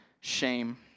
shame